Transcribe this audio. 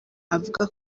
avuga